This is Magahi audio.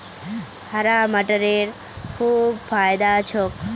हरा मटरेर खूब फायदा छोक